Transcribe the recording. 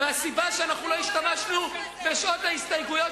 הסיבה שלא השתמשנו בשעות ההסתייגויות